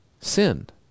sinned